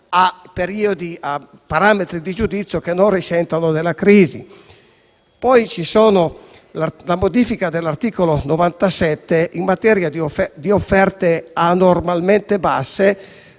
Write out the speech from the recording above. incontro a parametri di giudizio che non risentano della crisi. La modifica dell'articolo 97 in materia di offerte anormalmente basse